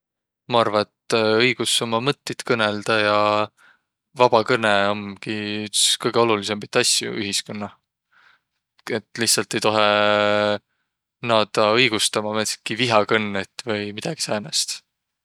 Maq arva, et õigus ummi mõttit kõnõldaq ja vabakõnõq omgi üts kõgõ olulidsimbit asjo ütiskunnah. Et lihtsält ei toheq naadaq õigustama määndsitki vihakõnnit vai midägi säänest.